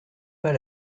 pas